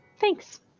Thanks